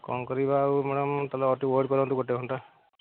କ'ଣ କରିବା ଆଉ ମ୍ୟାଡ଼ାମ୍ ତମେ ଆଉ ଟିକିଏ ୱେଟ୍ କରନ୍ତୁ ଗୋଟିଏ ଘଣ୍ଟା